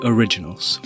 Originals